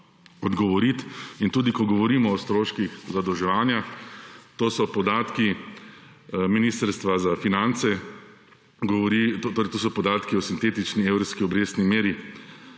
odgovoriti. In tudi, ko govorimo o stroških zadolževanja, to so podatki Ministrstva za finance. Govori, to so podatki o sintetični evrski obrestni meri